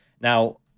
Now